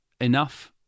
enough